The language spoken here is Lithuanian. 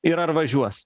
ir ar važiuos